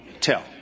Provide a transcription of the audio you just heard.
tell